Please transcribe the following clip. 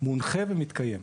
מונחה ומתקיים.